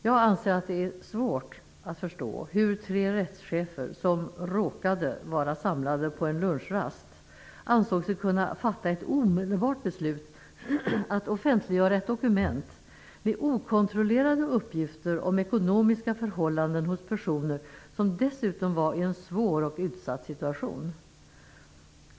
Jag anser att det är svårt att förstå hur tre rättschefer som råkade vara samlade på en lunchrast ansåg sig kunna fatta ett omedelbart beslut om att offentliggöra ett dokument med okontrollerade uppgifter om ekonomiska förhållanden hos personer som dessutom var i en svår och utsatt situation.